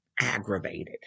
aggravated